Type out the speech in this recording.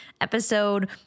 episode